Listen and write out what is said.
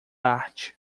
arte